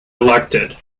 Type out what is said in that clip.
elected